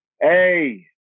Hey